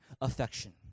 affection